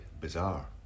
bizarre